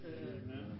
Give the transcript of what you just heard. Amen